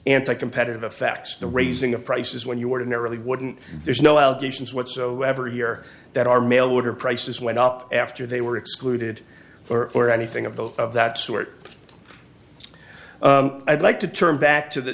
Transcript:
anti competitive effect the raising of prices when you were in there really wouldn't there's no allegations whatsoever here that our mail order prices went up after they were excluded for anything of the of that sort i'd like to turn back to th